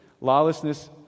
lawlessness